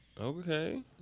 Okay